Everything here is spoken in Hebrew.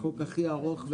החוק הכי ארוך,